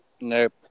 Nope